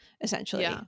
essentially